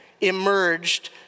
emerged